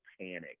panic